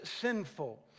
sinful